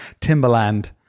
Timberland